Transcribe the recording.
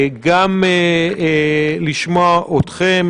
גם לשמוע אתכם,